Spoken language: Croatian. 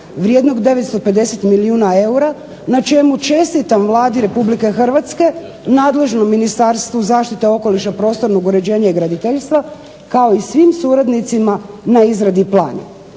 vrijednog 950 milijuna eura na čemu čestitam Vladi RH, nadležnom Ministarstvu zaštite okoliša, prostornog uređenja i graditeljstva kao i svim suradnicima na izradi plana.